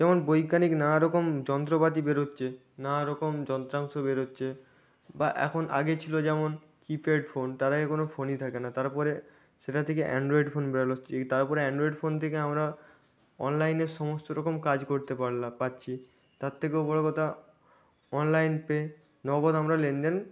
যেমন বৈজ্ঞানিক নানা রকম যন্ত্রপাতি বেরোচ্ছে নানা রকম যন্ত্রাংশ বেরোচ্চে বা এখন আগে ছিলো যেমন কিপ্যাড ফোন তার আগে কোনো ফোনই থাকে না তারপরে সেটা থেকে অ্যান্ড্রয়েড ফোন বেরোলো তারপরে অ্যান্ড্রয়েড ফোন থেকে আমরা অনলাইনে সমস্ত রকম কাজ করতে পারলা পাচ্ছি তার থেকেও বড়ো কথা অনলাইন পে নগদ আমরা লেনদেন